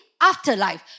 afterlife